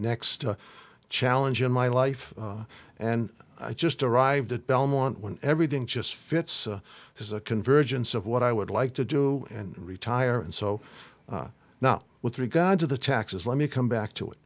next challenge in my life and i just arrived at belmont when everything just fits is a convergence of what i would like to do and retire and so now with regard to the taxes let me come back to it